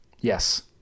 Yes